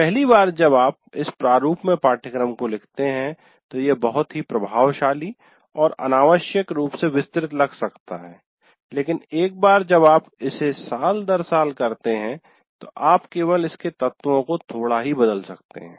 पहली बार जब आप इस प्रारूप में पाठ्यक्रम को लिखते हैं तो यह बहुत ही प्रभावशाली और अनावश्यक रूप से विस्तृत लग सकता है लेकिन एक बार जब आप इसे साल दर साल करते हैं तो आप केवल इसके तत्वों को थोड़ा ही बदल सकते हैं